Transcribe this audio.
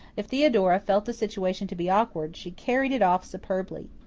if theodora felt the situation to be awkward, she carried it off superbly.